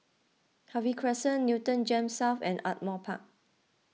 Harvey Crescent Newton Gems South and Ardmore Park